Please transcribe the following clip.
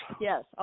Yes